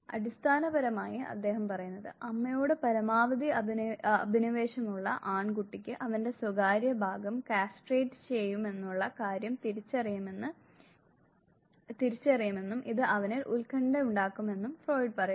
അടിസ്ഥാനപരമായി അദ്ദേഹം പറയുന്നത് അമ്മയോട് പരമാവധി അഭിനിവേശമുള്ള ആൺകുട്ടിക്ക് അവന്റെ സ്വകാര്യ ഭാഗം കാസ്ട്രേറ്റ് ചെയ്യുമെന്നുള്ള കാര്യം തിരിച്ചറിയുമെന്നും ഇത് അവനിൽ ഉത്കണ്ഠയുണ്ടാക്കുമെന്നും ഫ്രോയിഡ് പറയുന്നു